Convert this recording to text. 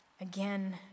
again